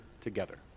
together